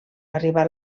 arribà